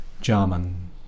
German